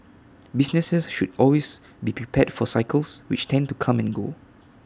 businesses should always be prepared for cycles which tend to come and go